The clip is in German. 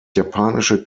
japanische